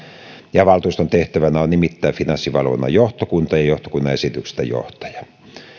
ja valtuuston tehtävänä on nimittää finanssivalvonnan johtokunta ja johtokunnan esityksestä johtaja